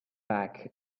back